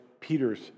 Peter's